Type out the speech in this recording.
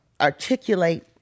articulate